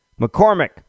McCormick